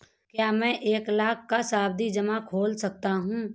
क्या मैं एक लाख का सावधि जमा खोल सकता हूँ?